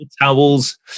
towels